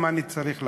ומה אני צריך לעשות.